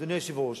אדוני היושב-ראש,